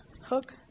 hook